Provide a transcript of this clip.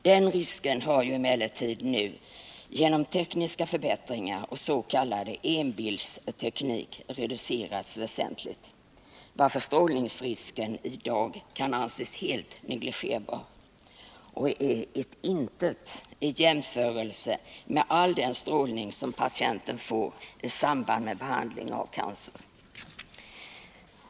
Den risken har emellertid nu genom tekniska förbättringar och s.k. enbildsteknik reducerats väsentligt, varför strålningsrisken i dag kan anses helt negligerbar — den är ett intet i jämförelse med all den strålning som patienten får i samband med behandling av cancer.